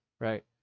right